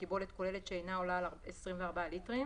בקיבולת כוללת שאינה עולה על 24 ליטרים,